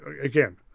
again